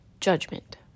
Judgment